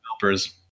developers